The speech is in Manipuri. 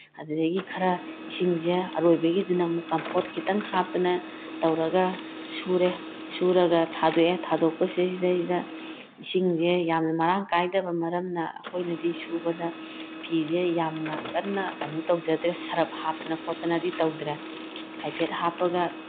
ꯑꯗꯨꯗꯒꯤ ꯈꯔ ꯏꯁꯤꯡꯁꯦ ꯑꯔꯣꯏꯕꯒꯤꯗꯨꯅ ꯑꯃꯨꯛ ꯀꯝꯐꯣꯔꯠ ꯈꯤꯇꯪ ꯍꯥꯞꯇꯅ ꯇꯧꯔꯒ ꯁꯨꯔꯦ ꯁꯨꯔꯒ ꯊꯥꯗꯣꯛꯑꯦ ꯊꯥꯗꯣꯛꯄꯁꯤꯗꯩꯗꯩꯗ ꯏꯁꯤꯡꯁꯦ ꯌꯥꯝꯅ ꯃꯔꯥꯡ ꯀꯥꯏꯗꯕ ꯃꯔꯝꯅ ꯑꯩꯈꯣꯏꯅꯗꯤ ꯁꯨꯕꯗ ꯐꯤꯁꯦ ꯌꯥꯝꯅ ꯀꯟꯅ ꯀꯩꯅꯣ ꯇꯧꯖꯗ꯭ꯔꯦ ꯁꯔꯞ ꯍꯥꯞꯇꯅ ꯈꯣꯠꯇꯅꯗꯤ ꯇꯧꯗ꯭ꯔꯦ ꯍꯥꯏꯐꯦꯠ ꯍꯥꯞꯄꯒ